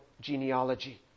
genealogy